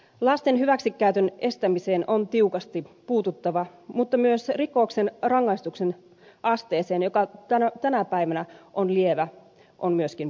lasten hyväksikäytön estämiseen on tiukasti puututtava mutta myös rikoksen rangaistuksen asteeseen joka tänä päivänä on lievä on puututtava